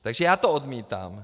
Takže to odmítám.